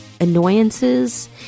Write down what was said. annoyances